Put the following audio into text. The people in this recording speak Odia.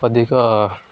ଅଧିକ